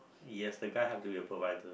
you have the guy have to be a provider